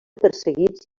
perseguits